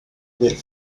del